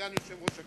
סגן יושב-ראש הכנסת,